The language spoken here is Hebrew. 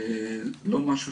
לא משהו